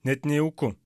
net nejauku